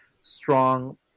strong